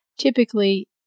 Typically